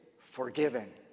forgiven